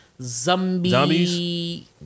Zombie